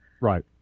right